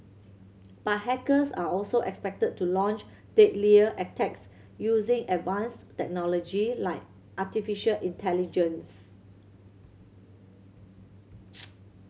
but hackers are also expected to launch deadlier attacks using advanced technology like artificial intelligence